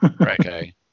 Okay